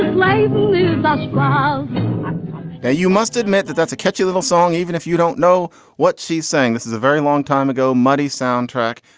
like yeah you must admit that that's a catchy little song, even if you don't know what she's saying, this is a very long time ago mudie soundtrack.